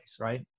right